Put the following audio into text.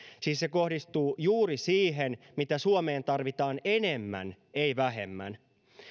siis se kohdistuu juuri siihen mitä suomeen tarvitaan enemmän ei vähemmän